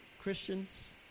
Christians